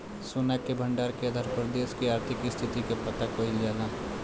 सोना के भंडार के आधार पर देश के आर्थिक स्थिति के पता कईल जाला